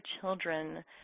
children